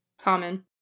common